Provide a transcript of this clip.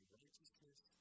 righteousness